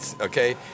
Okay